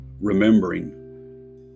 remembering